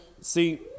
See